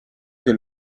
del